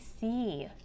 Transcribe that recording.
see